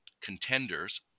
contenders